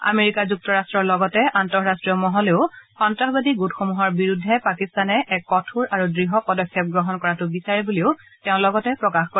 America যুক্তৰাষ্টৰ লগতে আন্তঃৰাষ্ট্ৰীয় মহলেও সন্নাসবাদী গোটসমূহৰ বিৰুদ্ধে পাকিস্তানে এক কঠোৰ আৰু দৃঢ় পদক্ষেপ গ্ৰহণ কৰাটো বিচাৰে বুলিও তেওঁ লগতে প্ৰকাশ কৰে